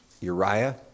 Uriah